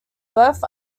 both